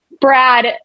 Brad